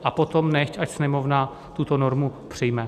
A potom nechť Sněmovna tuto normu přijme.